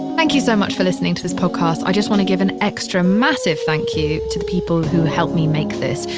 thank you so much for listening to this podcast. i just want to give an extra massive thank you to people who helped me make this,